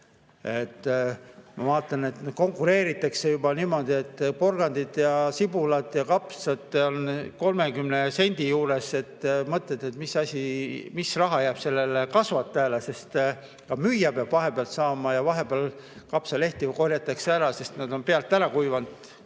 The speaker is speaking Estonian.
Ma vaatan, et konkureeritakse juba niimoodi, et porgandid, sibulad ja kapsad maksavad 30 sendi ringis, ja siis mõtled, mis raha jääb sellele kasvatajale, sest ka müüja peab midagi saama ja vahepeal kapsalehti korjatakse ära, sest nad on pealt ära kuivanud.